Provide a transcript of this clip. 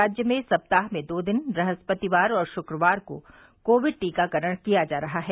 राज्य में सप्ताह में दो दिन ब्रहस्पतिवार और शुक्रवार को कोविड टीकाकरण किया जा रहा है